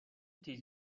تیز